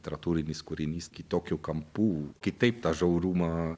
literatūrinis kūrinys kitokiu kampu kitaip tą žiaurumą